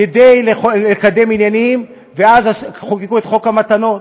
כדי לקדם עניינים, ואז חוקקו את חוק המתנות.